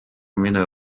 mõne